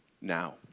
now